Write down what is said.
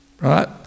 right